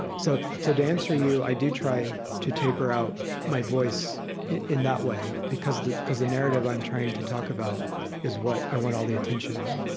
but so so to answer you, i do try to taper out my voice in that way because the because the narrative i'm trying to talk about is what i want all the attention on.